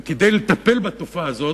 וכדי לטפל בתופעה הזאת,